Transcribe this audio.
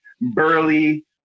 burly